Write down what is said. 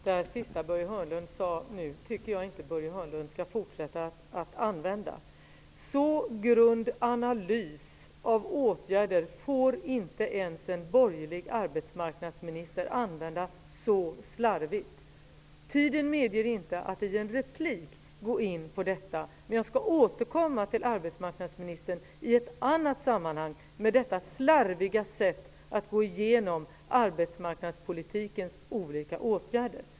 Herr talman! Det som Börje Hörnlund nu avslutade med tycker jag inte att han skall fortsätta att använda. Så grund analys av åtgärder får inte ens en borgerlig arbetsmarknadsminister använda så slarvigt. Tiden medger inte att i en replik gå in på detta, men jag skall återkomma till arbetsmarknadsministern i ett annat sammanhang för att diskutera detta slarviga sätt att gå igenom arbetsmarknadspolitikens olika åtgärder.